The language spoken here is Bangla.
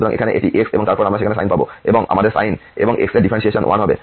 সুতরাং এখানে এটি x এবং তারপর আমরা সেখানে সাইন পাব এবং আবার সাইন এবং x এর ডিফারেন্টশিয়েশন 1 হবে